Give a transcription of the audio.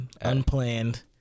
unplanned